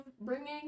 bringing